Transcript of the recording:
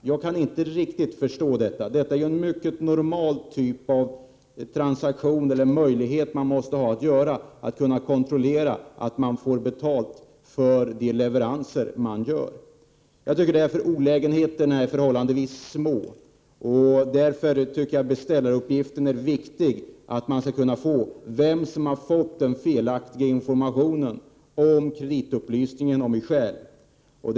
Jag kan inte riktigt förstå den inställningen. Detta är ju ett mycket normalt förfarande; den möjligheten måste man ju ha för att kunna kontrollera att man kommer att få betalt för de leveranser man gör. Jag tycker alltså att olägenheterna är förhållandevis små. Därför tycker jag att beställaruppgiften är viktig: man skall kunna få veta vem som har fått den felaktiga informationen i kreditupplysningen om en själv.